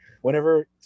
Whenever